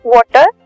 Water